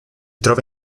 trova